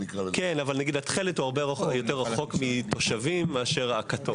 אבל התכלת הוא הרבה יותר רחוק מהתושבים מאשר הכתום.